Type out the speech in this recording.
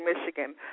Michigan